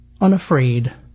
unafraid